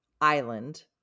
island